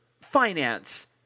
finance